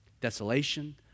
Desolation